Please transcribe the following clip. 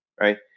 Right